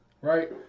right